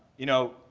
you know,